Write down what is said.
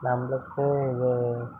நம்மளுக்கு இது